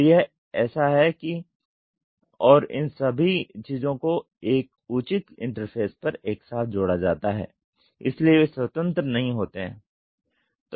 तो यह ऐसा ही है और इन सभी चीजों को एक उचित इंटरफ़ेस पर एक साथ जोड़ा जाता है इसलिए वे स्वतंत्र नहीं होते हैं